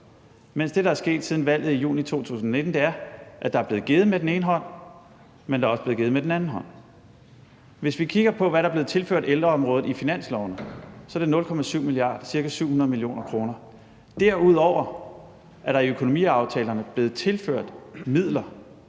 mens det, der er sket siden valget i juni 2019, er, at der er blevet givet med den ene hånd, men der er også givet med den anden hånd. Hvis vi kigger på, hvad der er blevet tilført ældreområdet i finanslove, så ser vi, at det er 0,7 mia. kr., ca. 700 mio. kr. Derudover er der i økonomiaftalerne blevet tilført midler,